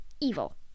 evil